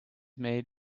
made